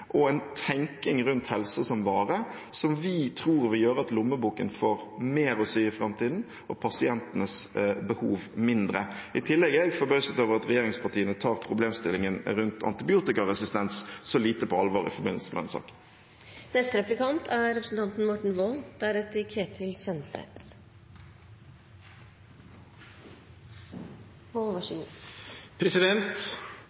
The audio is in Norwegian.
og en tenkning rundt helse som vare som vi tror vil gjøre at lommeboken får mer å si i framtiden og pasientenes behov mindre. I tillegg er jeg litt forbauset over at regjeringspartiene tar problemstillingen rundt antibiotikaresistens så lite på alvor i forbindelse med